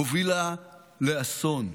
הובילה לאסון,